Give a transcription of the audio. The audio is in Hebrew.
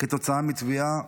כתוצאה מטביעה.